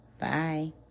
Bye